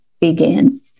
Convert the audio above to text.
begin